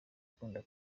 akunda